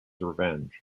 revenge